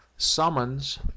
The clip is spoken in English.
Summons